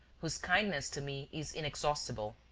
whose kindness to me is inexhaustible.